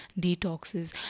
detoxes